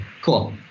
cool